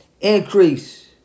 Increase